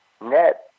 net